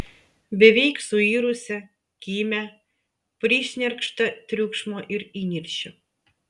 beveik suirusią kimią prišnerkštą triukšmo ir įniršio